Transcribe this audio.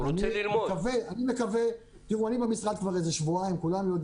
אני במשרד כבר שבועיים.